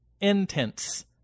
intense